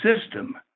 system